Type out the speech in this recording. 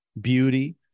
beauty